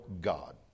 God